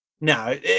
no